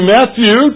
Matthew